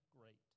great